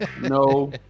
no